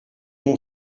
mon